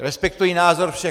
Respektuji názor všech.